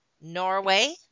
Norway